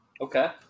Okay